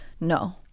No